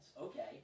Okay